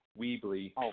weebly